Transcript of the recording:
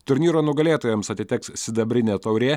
turnyro nugalėtojams atiteks sidabrinė taurė